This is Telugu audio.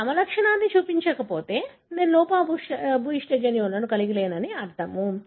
నేను సమలక్షణాన్ని చూపించకపోతే నేను లోపభూయిష్ట జన్యువును కలిగి లేనని అర్థం